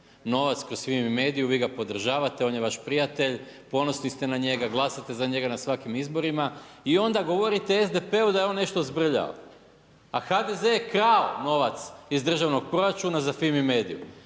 novac kroz Fimi mediju. Vi ga podržavate, vi ga prijatelj, ponosni ste na njega, glasate za njega na svakim izborima i onda govorite SDP-u da je on nešto zbrljao, a HDZ-e je krao novac iz državnog proračuna za Fimi mediju.